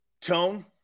Tone